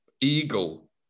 Eagle